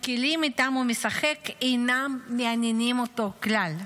הכלים שאיתם הוא משחק אינם מעניינים אותו כלל.